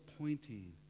pointing